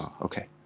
Okay